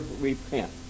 repent